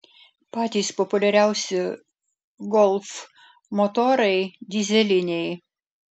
patys populiariausi golf motorai dyzeliniai